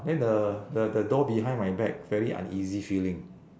then the the the door behind my back very uneasy feeling